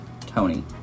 Tony